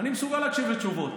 אני מסוגל להקשיב לתשובות.